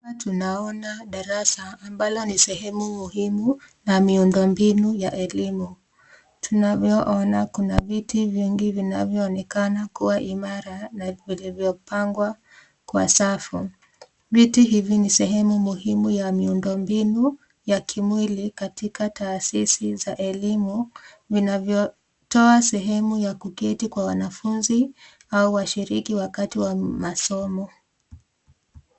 Hapa tunaona darasa ambalo ni sehemu muhimu ya miundombinu ya elimu. Tunavyoona kuna vitu vingi vinavyonekana kuwa imara na viliyopangwa kwa safu. Viti hivi ni sehemu muhimu ya miundombinu ya kimwili katika taasisi za elimu, vinavyotoa sehemu ya kuketi kwa wanafunzi au washiriki wakati wa masomo.